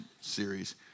series